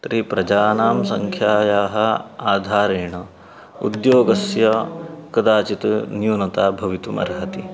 तर्हि प्रजानां सङ्ख्यायाः आधारेण उद्योगस्य कदाचित् न्यूनता भवितुमर्हति